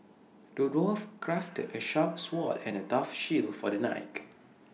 the dwarf crafted A sharp sword and A tough shield for the knight